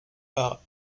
par